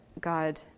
God